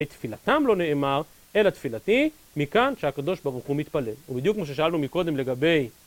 את תפילתם לא נאמר, אלא תפילתי, מכאן שהקדוש ברוך הוא מתפלל. ובדיוק כמו ששאלנו מקודם לגבי...